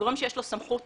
גורם שיש לו סמכות